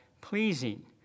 pleasing